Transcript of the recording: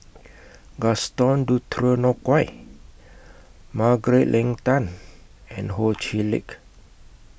Gaston Dutronquoy Margaret Leng Tan and Ho Chee Lick